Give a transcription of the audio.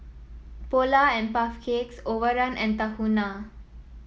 Polar and Puff Cakes Overrun and Tahuna